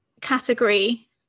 category